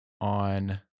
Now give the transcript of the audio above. on